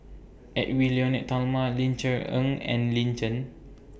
Edwy Lyonet Talma Ling Cher Eng and Lin Chen